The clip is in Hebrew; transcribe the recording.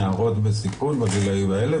נערות בסיכון בגילאים האלה,